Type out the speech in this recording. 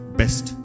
best